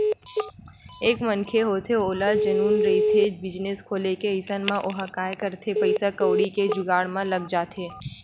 एक मनखे होथे ओला जनुन रहिथे बिजनेस खोले के अइसन म ओहा काय करथे पइसा कउड़ी के जुगाड़ म लग जाथे